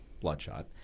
bloodshot